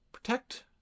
protect